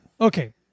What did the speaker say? Okay